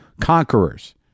conquerors